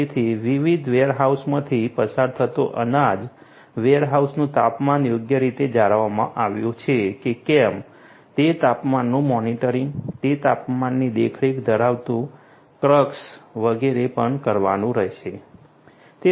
તેથી વિવિધ વેરહાઉસમાંથી પસાર થતો અનાજ વેરહાઉસનું તાપમાન યોગ્ય રીતે જાળવવામાં આવ્યું છે કે કેમ તે તાપમાનનું મોનિટરિંગ તે તાપમાનની દેખરેખ ધરાવતું ક્રક્સ વગેરે પણ કરવાનું રહેશે